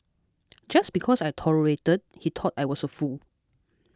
just because I tolerated he thought I was a fool